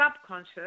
subconscious